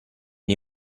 gli